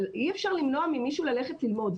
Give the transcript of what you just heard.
אבל אי אפשר למנוע ממישהו ללכת ללמוד,